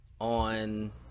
on